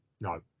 No